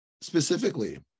Specifically